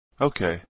Okay